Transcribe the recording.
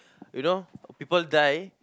you know people die